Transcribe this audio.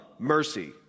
mercy